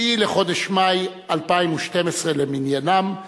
9 לחודש מאי 2012 למניינם,